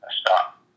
stop